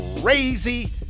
crazy